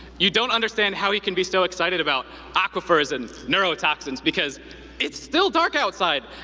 you don't understand how he can be so excited about aquifers and neurotoxins because it's still dark outside,